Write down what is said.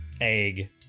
egg